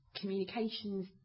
communications